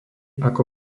ako